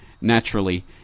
naturally